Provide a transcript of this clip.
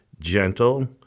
gentle